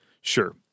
Sure